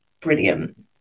Brilliant